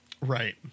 Right